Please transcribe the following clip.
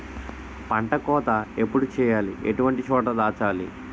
పంట కోత ఎప్పుడు చేయాలి? ఎటువంటి చోట దాచాలి?